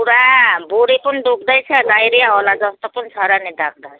पुरा भुँडी पनि दुख्दैछ डाइरिया होला जस्तो पनि छ र नि डक्टर साहेब